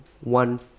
one